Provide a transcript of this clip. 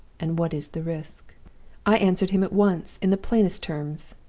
and what is the risk i answered him at once, in the plainest terms.